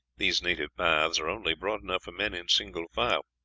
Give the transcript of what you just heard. these native paths are only broad enough for men in single file.